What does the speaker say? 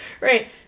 Right